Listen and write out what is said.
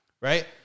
right